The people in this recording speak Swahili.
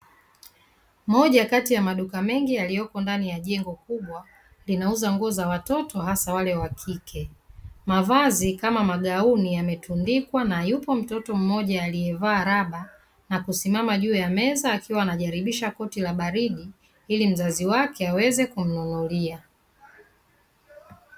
Moja kati ya maduka mengi yaliyoko ndani ya jengo kubwa, linauza nguo za watoto hasa wale wa kike. Mavazi kama magauni yametundikwa ,na yupo mtoto mmoja aliyevaa raba na kusimama juu ya meza, akiwa ananjaribisha koti la baridi, ili mzazi wake aweze kumnunulia.